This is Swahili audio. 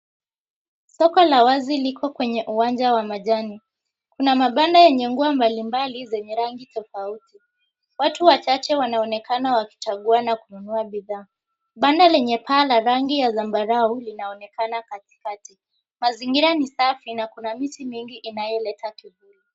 Soko la wazi liko kwenye uwanja wa majani. Kuna mabanda yenye nguo mbalimbali zenye rangi tofauti. Watu wachache wanaonekana wakichagua na kununua bidhaa. Banda lenye paa la rangi ya zambarau linaonekana katikati. Mazingira ni safi na kuna miti mingi inayoleta kivuli.